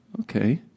okay